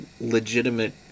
legitimate